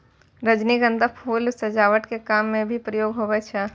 रजनीगंधा फूल सजावट के काम मे भी प्रयोग हुवै छै